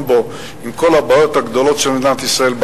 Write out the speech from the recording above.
בו עם כל הבעיות הגדולות של מדינת ישראל,